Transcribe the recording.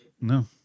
no